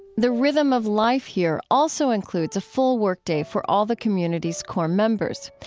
the rhythm of life here also includes a full workday for all the community's core members.